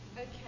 Okay